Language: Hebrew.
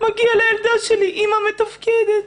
מגיע לילדה שלי אימא מתפקדת.